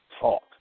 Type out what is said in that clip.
talk